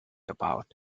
about